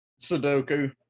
sudoku